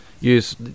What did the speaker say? use